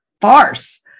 farce